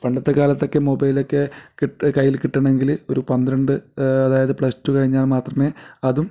പണ്ടത്തെ കാലത്തൊക്കെ മൊബൈലൊക്കെ കിട്ട് കയ്യിൽ കിട്ടണമെങ്കിൽ ഒരു പന്ത്രണ്ട് അതായത് പ്ലസ് ടു കഴിഞ്ഞാൽ മാത്രമെ അതും